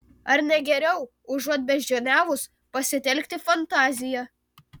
ar ne geriau užuot beždžioniavus pasitelkti fantaziją